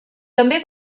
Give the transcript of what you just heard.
també